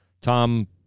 Tom